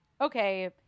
okay